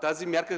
тази мярка